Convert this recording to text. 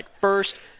First